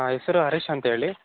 ಹೆಸರು ಹರೀಶ್ ಅಂತೇಳಿ